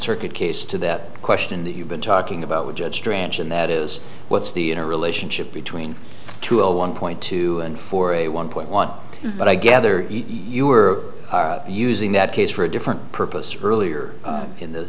circuit case to that question that you've been talking about with judge branch and that is what's the in a relationship between two a one point two and four a one point one but i gather you were using that case for a different purpose or earlier in the